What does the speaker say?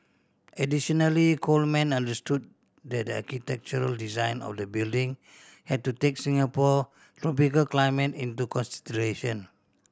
additionally Coleman understood that the architectural design of the building had to take Singapore tropical climate into consideration